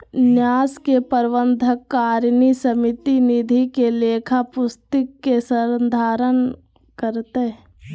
न्यास के प्रबंधकारिणी समिति निधि के लेखा पुस्तिक के संधारण करतय